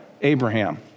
Abraham